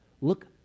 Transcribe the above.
Look